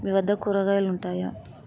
మీ వద్ద కూరగాయలుంటాయా